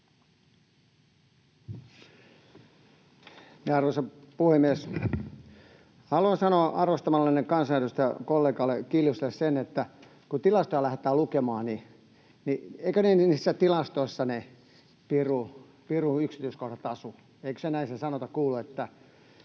Arvoisa puhemies! Haluan sanoa arvostamalleni kansanedustajakollegalle Kiljuselle sen, että kun tilastoja lähdetään lukemaan, niin eikö ole niin, että niissä tilastoissa, niissä yksityiskohdissa, piru asuu — eikö se sanonta näin kuulu?